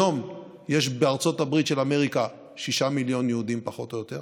היום יש בארצות הברית של אמריקה 6 מיליון יהודים פחות או יותר,